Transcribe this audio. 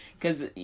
Cause